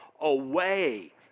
away